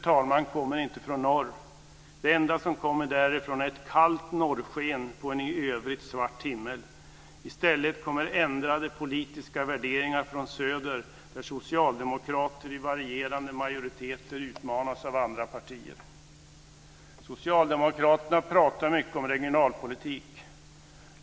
Ljuset kommer inte från norr. Det enda som kommer därifrån är ett kallt norrsken på en i övrigt mörk himmel. I stället kommer ändrade politiska värderingar från söder, där socialdemokrater i varierande majoriteter utmanas av andra partier. Socialdemokraterna pratar mycket om regionalpolitik.